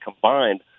combined